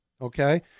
okay